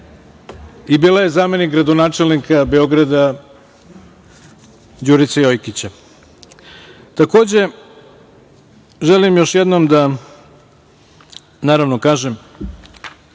I bila je zamenik gradonačelnika Beograda Đurice Jojkića. Takođe, želim još jednom da, naravno, kažem,